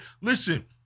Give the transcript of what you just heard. Listen